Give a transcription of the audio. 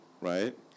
right